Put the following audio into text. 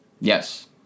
Yes